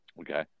Okay